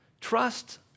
Trust